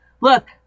Look